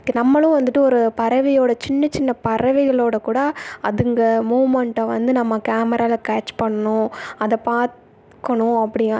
நம்மளும் வந்துட்டு ஒரு பறவையோட சின்ன சின்ன பறவைகளோட கூட அதுங்கள் மூவ்மெண்ட்டை வந்து நம்ம கேமராவில கேட்ச் பண்ணும் அதை பார்க்கணும் அப்படியா